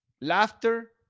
laughter